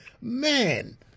Man